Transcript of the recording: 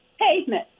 Pavement